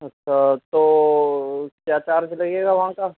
اچھا تو کیا چارج لگے گا وہاں کا